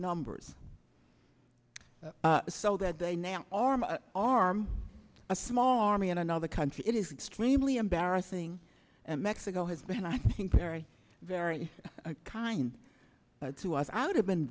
numbers so that they now are arm a small army in another country it is extremely embarrassing and mexico has been i think very very kind to us i would have been